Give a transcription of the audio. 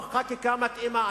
עם חקיקה מתאימה.